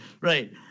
Right